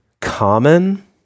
common